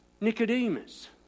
Nicodemus